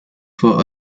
for